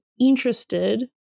interested